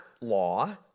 law